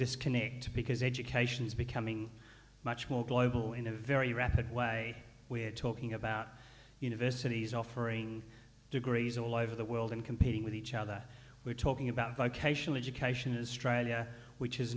disconnect because education is becoming much more global in a very rapid way we're talking about universities offering degrees all over the world and competing with each other we're talking about vocational education is trial which is